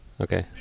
okay